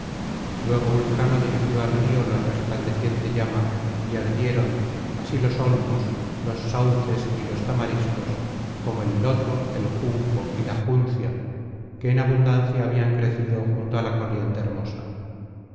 luego vulcano dirigió al río la resplandeciente llama y ardieron así los olmos los sauces y los tamariscos como el loto el junco y la juncia que en abundancia habían crecido junto á la corriente hermosa